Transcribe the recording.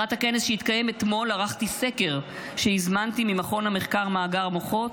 לקראת הכנס שהתקיים אתמול ערכתי סקר שהזמנתי ממכון המחקר מאגר מוחות,